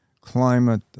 climate